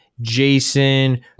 Jason